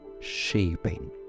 shaping